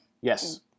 Yes